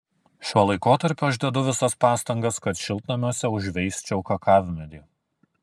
šiuo laikotarpiu aš dedu visas pastangas kad šiltnamiuose užveisčiau kakavmedį